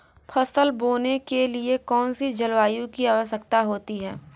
फसल बोने के लिए कौन सी जलवायु की आवश्यकता होती है?